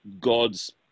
God's